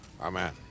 Amen